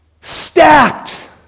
Stacked